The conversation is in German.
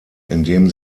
indem